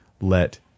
let